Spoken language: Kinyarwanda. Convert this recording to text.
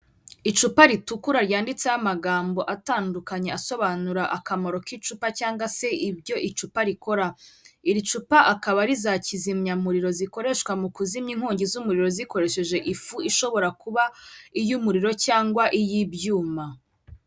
Icupa ritukura ryanditseho amagambo atandukanye asobanura akamaro k'icupa cyangwa se ibyo icupa rikora, iri cupa akaba ari za kizimyamuriro zikoreshwa mu kuzimya inkongi z'umuriro zikoresheje ifu ishobora kuba iy'umuriro cyangwa iy'ibyuma.